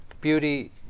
beauty